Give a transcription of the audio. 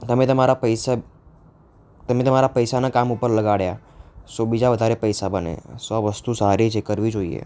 તમે તમારા પૈસા તમે તમારા પૈસાને કામ ઉપર લગાડ્યા સો બીજા વધારે પૈસા બને સો આ વસ્તુ સારી છે કરવી જોઈએ